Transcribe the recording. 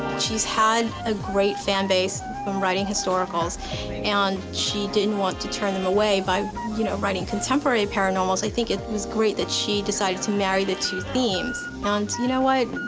she's had a great fan base from writing historicals and she didn't want to turn them away by you know writing contemporary paranormals. i think it was great that she decided to marry the two themes and you know what?